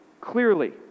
clearly